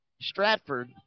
Stratford